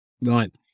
Right